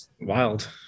wild